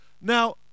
Now